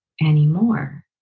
anymore